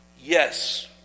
Yes